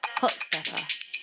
Hotstepper